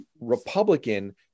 Republican